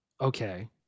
Okay